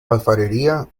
alfarería